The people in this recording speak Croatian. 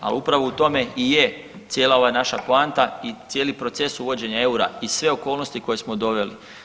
A upravo u tome i je cijela naša poanta i cijeli proces uvođenja eura i sve okolnosti koje smo doveli.